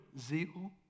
zeal